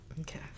Okay